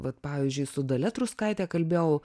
vat pavyzdžiui su dalia truskaite kalbėjau